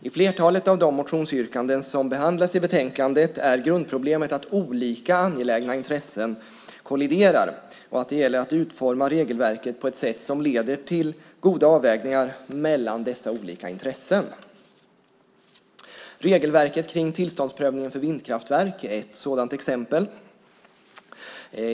I flertalet av de motionsyrkanden som behandlas i betänkandet är grundproblemet att olika angelägna intressen kolliderar och att det gäller att utforma regelverket på ett sätt som leder till goda avvägningar mellan dessa olika intressen. Regelverket för tillståndsprövningen för vindkraftverk är ett sådant exempel.